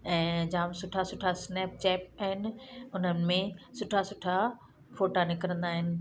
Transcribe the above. ऐं जामु सुठा सुठा स्नैपचैपिट आहिनि उन्हनि में सुठा सुठा फ़ोटा निकिरंदा आहिनि